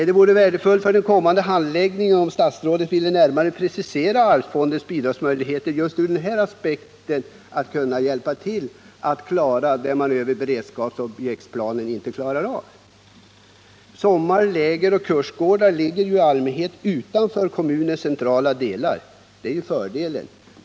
Det vore värdefullt för den kommande handläggningen om statsrådet ville närmare precisera möjligheterna till bidrag genom arvsfonden ur den aspekten att man den vägen kan få hjälp att klara upprustningen av de objekt som man inom beredskapsoch objektplanen inte klarar av. Sommar-, lägeroch kursgårdar ligger i allmänhet utanför kommunens centrala delar, och det är ju en fördel.